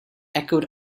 echoed